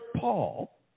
Paul